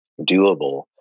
doable